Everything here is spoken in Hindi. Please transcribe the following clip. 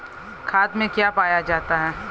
खाद में क्या पाया जाता है?